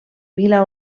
vila